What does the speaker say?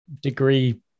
degree